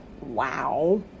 wow